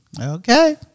Okay